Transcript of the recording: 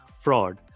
fraud